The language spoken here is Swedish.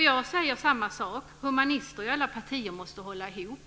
Jag säger samma sak: Humanister i alla partier måste hålla ihop.